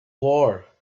war